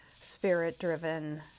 spirit-driven